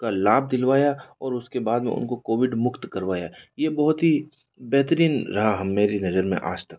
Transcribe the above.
का लाभ दिलवाया और उस के बाद में उन को कोविड मुक्त करवाया ये बहुत ही बेहतरीन रहा हम मेरी नज़र में आज तक